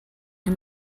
and